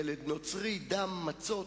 ילד נוצרי, דם, מצות,